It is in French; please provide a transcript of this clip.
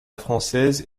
française